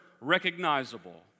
recognizable